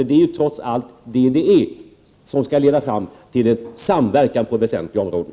Det är ju trots allt detta som skall leda fram till en samverkan på väsentliga områden.